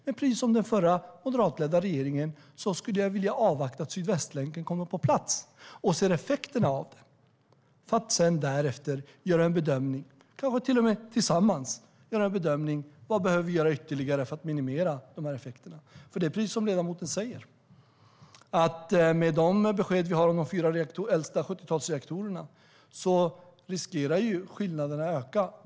Men precis som den förra moderatledda regeringen skulle jag vilja avvakta att Sydvästlänken kommer på plats och se effekterna av den, för att därefter göra en bedömning, kanske till och med tillsammans, av vad vi behöver göra ytterligare för att minimera de här effekterna. Det är precis som ledamoten säger: Med de besked som vi har om de äldsta 70-talsreaktorerna riskerar skillnaderna att öka.